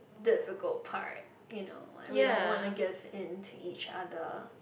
difficult part you know like we don't want to give into each other